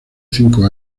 cinco